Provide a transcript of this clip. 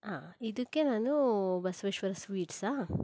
ಹಾಂ ಇದಕ್ಕೆ ನಾನು ಬಸವೇಶ್ವರ ಸ್ವೀಟ್ಸಾ